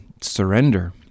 surrender